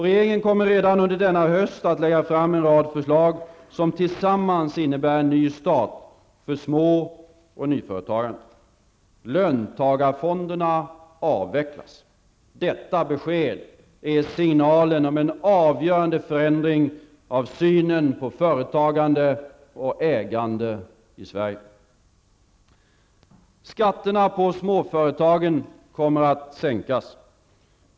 Regeringen kommer redan under denna höst att lägga fram en rad förslag som tillsammans innebär en ny start för små och nyföretagandet. Löntagarfonderna avvecklas. Detta besked är signalen om en avgörande förändring av synen på företagande och ägande i Sverige. Skatterna på småföretagen kommer att sänkas.